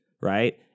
right